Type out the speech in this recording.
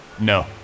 no